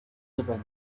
日本